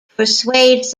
persuades